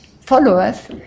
followers